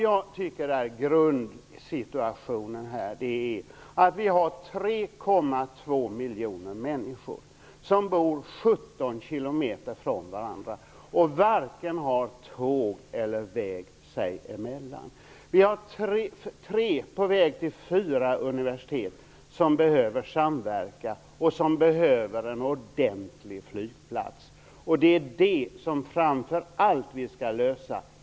Jag tycker att grundsituationen är att vi har 3,2 miljoner människor som bor 17 km från varandra, men som varken har tåg eller väg sig emellan. Vi har tre, och är på väg mot fyra, universitet som behöver samverka och som behöver en ordentlig flygplats. Det är framför allt detta som vi skall lösa.